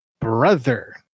brother